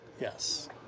Yes